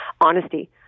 honesty